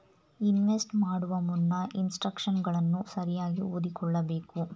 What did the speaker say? invest ಮಾಡುವ ಮುನ್ನ ಇನ್ಸ್ಟ್ರಕ್ಷನ್ಗಳನ್ನು ಸರಿಯಾಗಿ ಓದಿಕೊಳ್ಳಬೇಕು